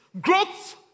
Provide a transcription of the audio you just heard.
Growth